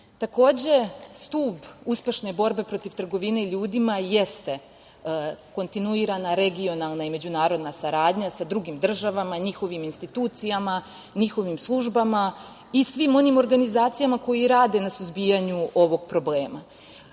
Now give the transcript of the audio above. zaštite. Takođe, stub uspešne borbe protiv trgovine ljudima jeste kontinuirana regionalna i međunarodna saradnja sa drugim državama, njihovim institucijama, njihovim službama i svim onim organizacijama koje rade na suzbijanju ovog problema.